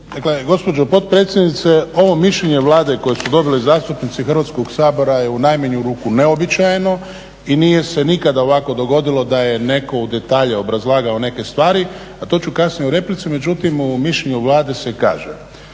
gospođo potpredsjednice ovo mišljenje Vlade koje su dobili zastupnici Hrvatskog sabora je u najmanju ruku neuobičajeno i nije se nikad ovako dogodilo da je netko u detalje obrazlagao neke stvari, a to ću kasnije u replici, međutim u mišljenju Vlade se kaže